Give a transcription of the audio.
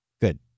Good